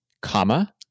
comma